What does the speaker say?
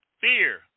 fear